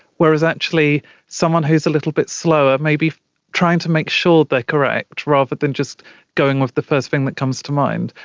whereas actually someone who is a little bit slower, maybe trying to make sure correct rather but than just going with the first thing that comes to mind,